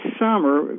summer